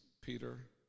Peter